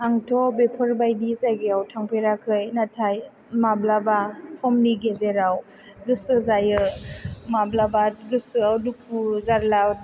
आंथ' बेफोर बायदि जायगायाव थांफेराखै नाथाय माब्लाबा समनि गेजेराव गोसो जायो माब्लाबा गोसोयाव दुखु जार्ला